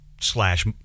slash